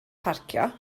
parcio